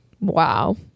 Wow